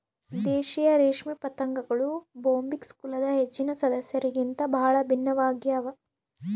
ದೇಶೀಯ ರೇಷ್ಮೆ ಪತಂಗಗಳು ಬೊಂಬಿಕ್ಸ್ ಕುಲದ ಹೆಚ್ಚಿನ ಸದಸ್ಯರಿಗಿಂತ ಬಹಳ ಭಿನ್ನವಾಗ್ಯವ